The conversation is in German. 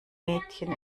mädchen